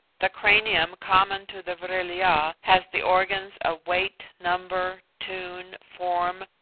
the cranium common to the vril-ya has the organs of weight, number, tune, form,